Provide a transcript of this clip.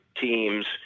teams